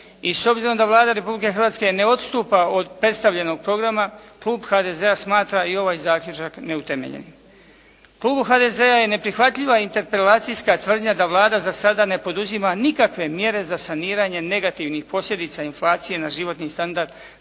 i s obzirom da Vlada Republike Hrvatske ne odstupa od predstavljenog programa Klub HDZ-a smatra i ovaj zaključak neutemeljen. Klubu HDZ-a je neprihvatljiva interpelacijska tvrdnja da Vlada za sada ne poduzima nikakve mjere za saniranje negativnih posljedica inflacije na životni standard